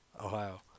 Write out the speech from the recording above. Ohio